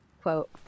Quote